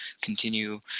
continue